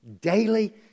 daily